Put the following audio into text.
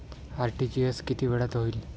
RTGS किती वेळात होईल?